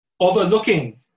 overlooking